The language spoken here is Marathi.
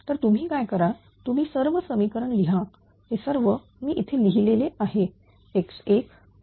तर तुम्ही काय करा तुम्ही सर्व समीकरण लिहा हे सर्व मी इथे लिहिले आहेत x1